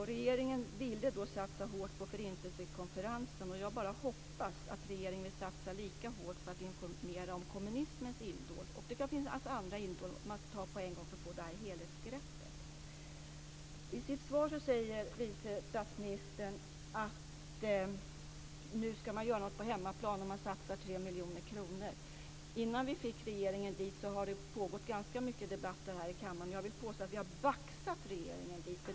Regeringen ville satsa hårt på Förintelsekonferensen. Jag hoppas att regeringen vill satsa lika hårt på att informera om kommunismens illdåd. Det kan också finnas andra illdåd som man kan ta på en gång för att få ett helhetsgrepp. I sitt svar säger vice statsministern att man nu ska göra någonting på hemmaplan och att man satsar 3 miljoner kronor. Innan vi fick regeringen dit har det pågått ganska många debatter här i kammaren. Jag vill påstå att vi har baxat regeringen dit.